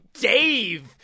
Dave